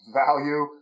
value